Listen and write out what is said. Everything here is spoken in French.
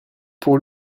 pour